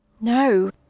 No